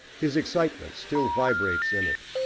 his excitement still vibrates in it.